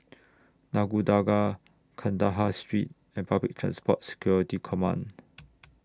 Nagore Dargah Kandahar Street and Public Transport Security Command